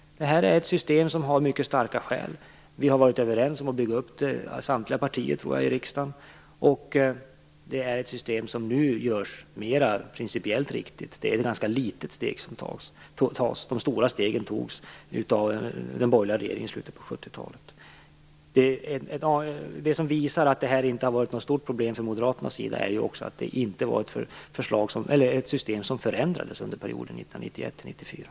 Det här är ett system som har mycket starka skäl. Jag tror att samtliga partier i riksdagen har varit överens om att bygga upp det. Det är ett system som nu görs mera principiellt riktigt. Det är ett ganska litet steg som tas. De stora stegen togs av den borgerliga regeringen i slutet på 70-talet. Det som visar att det här inte har varit något stort problem för Moderaterna är att det systemet inte förändrades under perioden 1991-1994.